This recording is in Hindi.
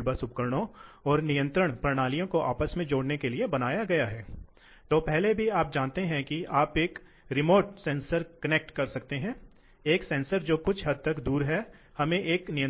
अब ऑपरेटिंग बिंदु को अलग अलग करने के विभिन्न तरीकों से प्रवाह अलग अलग हो सकता है और ऐसा है इनमें से कुछ तरीके शायद बहुत सरल हैं लेकिन ऊर्जा के दृष्टिकोण से कुशल नहीं